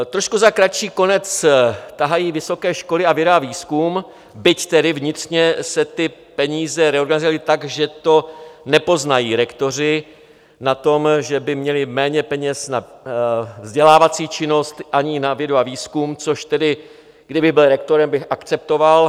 Za trošku kratší konec tahají vysoké školy a věda a výzkum, byť tedy vnitřně se ty peníze tak, že to nepoznají rektoři na tom, že by měli méně peněz na vzdělávací činnost ani na vědu a výzkum, což tedy, kdybych byl rektorem, bych akceptoval.